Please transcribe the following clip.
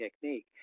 technique